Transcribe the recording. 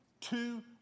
Two